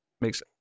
Makes